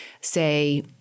say